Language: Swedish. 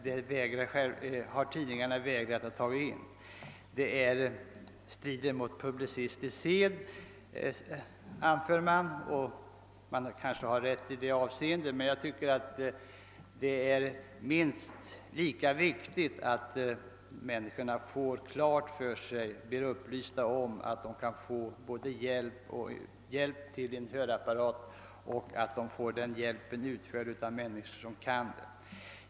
Tidningarna har emellertid vägrat att införa dessa annonser; det skulle strida mot publicistisk sed, anför de. Kanske har tidningarna rätt i detta avseende, men jag anser att det är minst lika viktigt att människorna blir upplysta om att de kan få både hjälp till en hörapparat och få denna utprovad av personer som kan sin sak.